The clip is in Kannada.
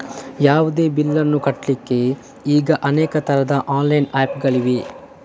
ಯಾವುದೇ ಬಿಲ್ಲುಗಳನ್ನು ಕಟ್ಲಿಕ್ಕೆ ಈಗ ಅನೇಕ ತರದ ಆನ್ಲೈನ್ ಆಪ್ ಗಳಿವೆ